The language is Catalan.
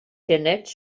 genets